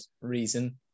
reason